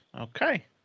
Okay